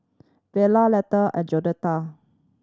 Vella Letha and Joette